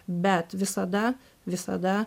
bet visada visada